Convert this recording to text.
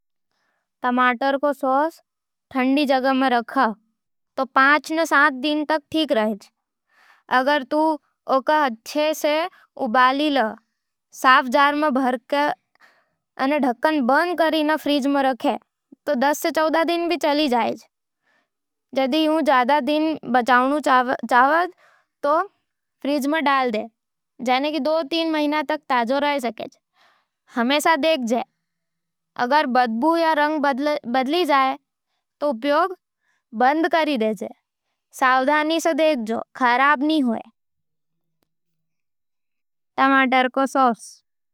टमाटर को सॉस ने ठंडा जगह में रख्यो तो पाँच से सात दिन ठीक रेज़। अगर तू उका अच्छे से उबाल के, साफ जार में भरके अने ढक्कन बंद कर फ्रिज में राखे, तो ई दस से चौदह दिन तक चालिजये। जदि थूं ज्यादा दिन बचाव चाहवे, तो फ्रीजर में डाल दे, जने दो से तीन महीना तक ताजा रह सके है। हमेशा देख ले, अगर बदबू या रंग बदल जाए, तो उपयोग मत कर, सावधानी से। टमाटर को सॉस।